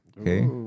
okay